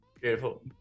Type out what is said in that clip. Beautiful